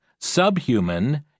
subhuman